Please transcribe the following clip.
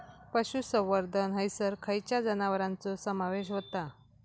पशुसंवर्धन हैसर खैयच्या जनावरांचो समावेश व्हता?